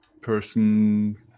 person